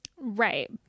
right